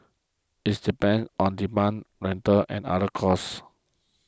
it depends on demand rental and other costs